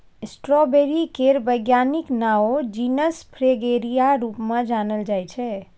strawberry केर बैज्ञानिक नाओ जिनस फ्रेगेरिया रुप मे जानल जाइ छै